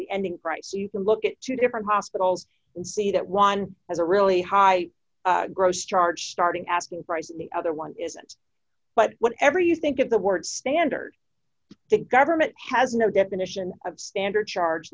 the ending price you can look at two different hospitals and see that one has a really high gross charge starting asking price and the other one dollar isn't but whatever you think of the word standard the government has no definition of standard charge